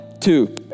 Two